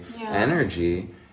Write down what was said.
energy